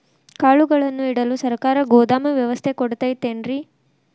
ಕಾಳುಗಳನ್ನುಇಡಲು ಸರಕಾರ ಗೋದಾಮು ವ್ಯವಸ್ಥೆ ಕೊಡತೈತೇನ್ರಿ?